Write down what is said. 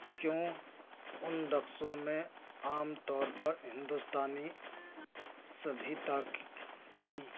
کیوں ان رقصوں میں عام طور پر ہندوستانی سبھیتا کی